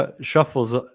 Shuffles